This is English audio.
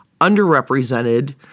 underrepresented